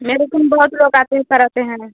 मेरे कम बहुत लोग आते हैं कराते हैं